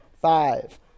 five